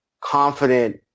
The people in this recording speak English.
confident